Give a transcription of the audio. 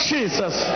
Jesus